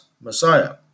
Messiah